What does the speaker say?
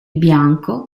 bianco